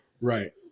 right